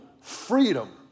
freedom